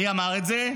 מי אמר את זה?